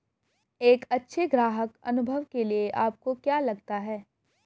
एक अच्छे ग्राहक अनुभव के लिए आपको क्या लगता है?